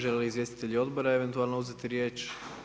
Žele li izvjestitelji odbora eventualno uzeti riječ.